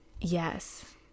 Yes